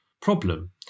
problem